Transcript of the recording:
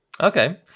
Okay